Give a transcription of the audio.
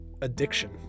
addiction